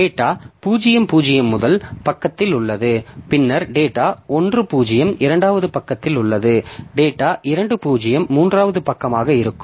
data 0 0 முதல் பக்கத்தில் உள்ளது பின்னர் டேட்டா 1 0 இரண்டாவது பக்கத்தில் உள்ளது டேட்டா 2 0 மூன்றாம் பக்கமாக இருக்கும்